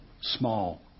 small